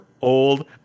old